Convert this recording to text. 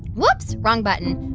whoops. wrong button.